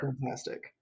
fantastic